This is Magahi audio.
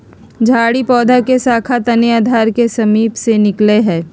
झाड़ी पौधा के शाखा तने के आधार के समीप से निकलैय हइ